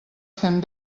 fent